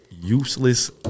Useless